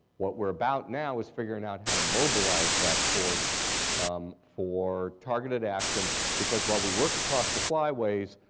what we're about now is figuring out how to mobilize that force for targeted action because while we work across the flyways,